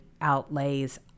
outlays